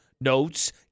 notes